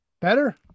Better